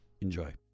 Enjoy